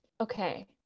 Okay